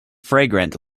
fragrant